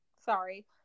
Sorry